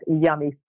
yummy